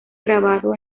grabado